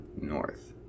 north